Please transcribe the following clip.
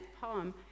poem